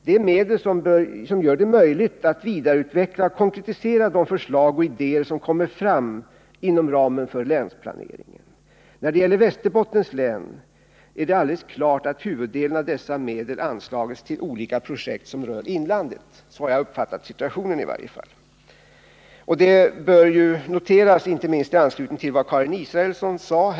Det är medel som gör det möjligt att vidareutveckla och konkretisera de förslag och idéer som kommer fram inom ramen för länsplaneringen. När det gäller Västerbottens län är det alldeles klart att huvuddelen av dessa medel har anslagits till olika projekt som rör inlandet — så har i varje fall jag uppfattat situationen. Och det bör ju noteras — inte minst med anledning av vad Karin Israelsson sade.